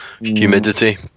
humidity